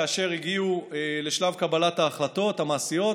כאשר הגיעו לשלב קבלת ההחלטות המעשיות,